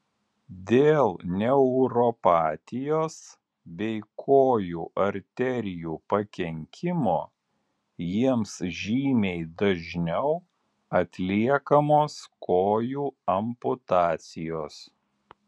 dėl neuropatijos bei kojų arterijų pakenkimo jiems žymiai dažniau atliekamos kojų amputacijos